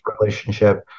relationship